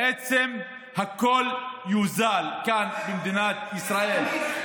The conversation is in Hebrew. בעצם הכול יוזל כאן, במדינת ישראל.